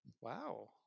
wow